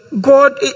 God